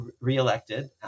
reelected